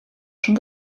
schon